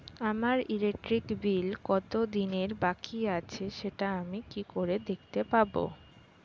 আমার electric bill কত দিনের বাকি আছে সেটা আমি কি করে দেখতে পাবো?